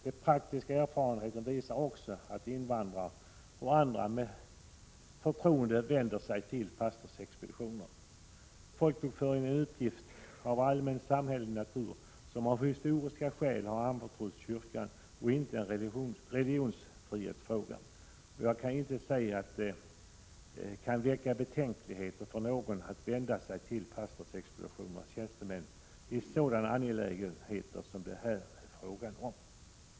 De praktiska erfarenheterna visar också att invandrare och andra med förtroende vänder sig till pastorsexpeditionerna. Folkbokföringen är en uppgift av allmän samhällelig natur, som av historiska skäl har anförtrotts kyrkan, och inte en religionsfrihetsfråga. Jag kan inte se att det kan väcka betänkligheter för någon att vända sig till pastorsexpeditionernas tjänstemän i sådana angelägenheter som det här är fråga om.